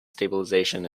stabilization